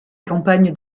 campagne